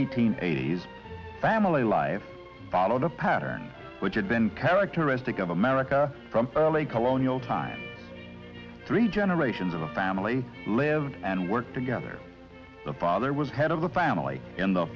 eighteenth eighties family life followed a pattern which had been characteristic of america from a colonial time three generations of a family lived and worked together the father was head of the family in the